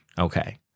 Okay